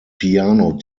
piano